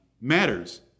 matters